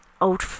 old